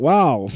Wow